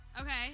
Okay